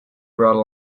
brought